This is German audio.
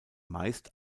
meist